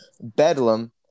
Bedlam